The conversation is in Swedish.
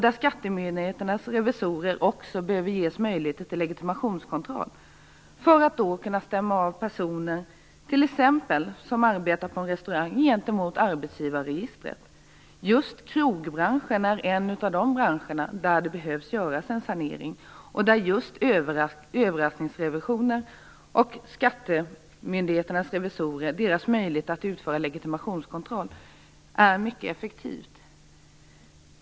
Skattemyndigheternas revisorer kunde också ges möjlighet till legitimationskontroll för att kunna stämma av personer som t.ex. arbetar på en restaurang gentemot arbetsgivarregistret. Just krogbranschen är en av de branscher där en sanering behövs och där just överraskningsrevisioner och möjlighet för skattemyndigheternas revisorer att utföra legitimationskontroll är mycket effektiva medel.